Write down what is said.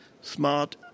smart